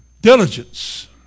Diligence